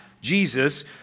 Jesus